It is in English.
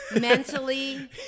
mentally